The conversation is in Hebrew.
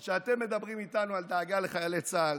אז כשאתם מדברים איתנו על דאגה לחיילי צה"ל,